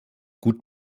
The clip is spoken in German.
gut